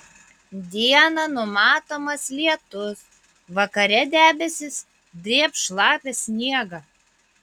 dieną numatomas lietus vakare debesys drėbs šlapią sniegą